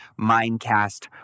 Mindcast